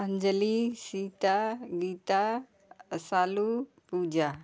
Anjali Sita Geeta Shalu Puja